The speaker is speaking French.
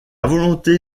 volonté